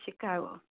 Chicago